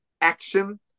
Action